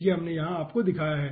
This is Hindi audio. ये हमने यहां दिखाया है